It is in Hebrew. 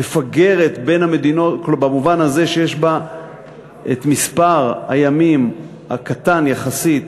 מפגרת בין המדינות במובן הזה שיש בה מספר ימים קטן יחסית,